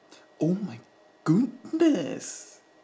oh my goodness